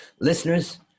Listeners